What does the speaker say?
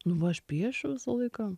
nu aš piešiu visą laiką